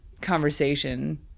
conversation